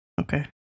okay